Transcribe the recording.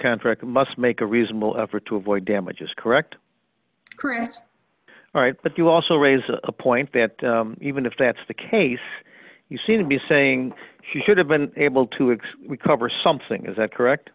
contract must make a reasonable effort to avoid damage is correct correct all right but you also raise a point that even if that's the case you seem to be saying she should have been able to exclude cover something is that correct